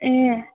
ए